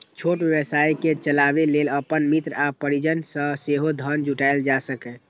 छोट व्यवसाय कें चलाबै लेल अपन मित्र आ परिजन सं सेहो धन जुटायल जा सकैए